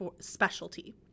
specialty